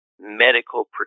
medical